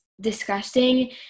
disgusting